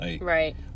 Right